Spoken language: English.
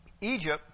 Egypt